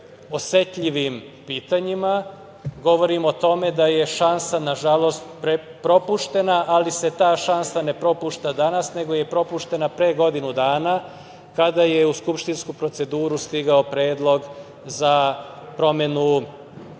osetljivim pitanjima. Govorim o tome da je šansa, nažalost, propuštena, ali se ta šansa ne propušta danas, nego je propuštena pre godinu dana, kada je u skupštinsku proceduru stigao Predlog za promenu